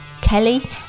Kelly